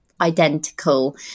Identical